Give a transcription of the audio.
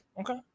okay